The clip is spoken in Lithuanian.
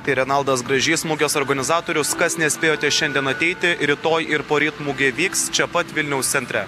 tai renaldas gražys mugės organizatorius kas nespėjote šiandien ateiti rytoj ir poryt mugė vyks čia pat vilniaus centre